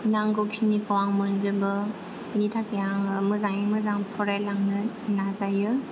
नांगौ खिनिखौ आं मोनजोबो बेनि थाखाय आङो मोजाङै मोजां फरायलांनो नाजायो